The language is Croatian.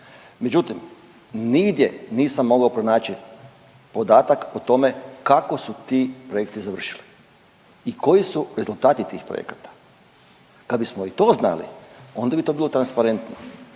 međutim nigdje nisam mogao pronaći podatak o tome kako su ti projekti završili i koji su rezultati tih projekata. Kad bismo i to znali onda bi to bilo transparentno.